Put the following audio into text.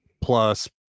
plus